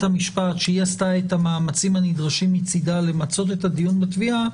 המשפט שהיא עשתה את המאמצים הנדרשים מצידה למצות את הדיון בתביעה,